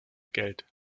geld